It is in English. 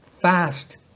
fast